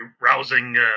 rousing